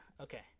Okay